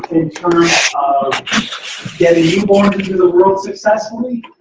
in terms of getting newborns into the world successfully